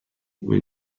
when